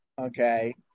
okay